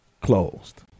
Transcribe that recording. closed